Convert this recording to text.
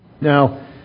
Now